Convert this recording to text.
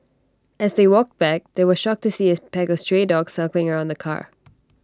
as they walked back they were shocked to see A pack of stray dogs circling around the car